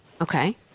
Okay